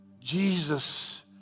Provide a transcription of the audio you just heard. Jesus